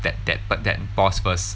that that that boss first